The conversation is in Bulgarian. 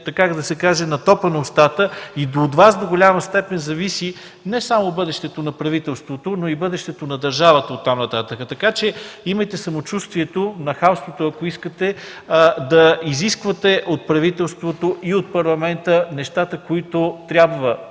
които сте на топа на устата и от Вас до голяма степен зависи не само бъдещето на правителството, но и бъдещето на държавата оттам нататък. Имайте самочувствието, нахалството ако искате, да изисквате от правителството и Парламента нещата, които трябва